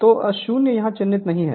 तो 0 यहाँ चिह्नित नहीं है